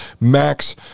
Max